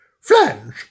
Flange